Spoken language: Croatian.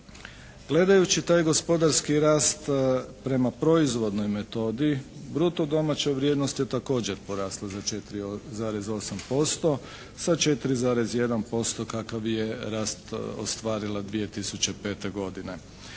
Gledajući taj gospodarski rast prema proizvodnoj metodi bruto domaća vrijednost je također porasla za 4,8% sa 4,1% kakav je rast ostvarila 2005. godine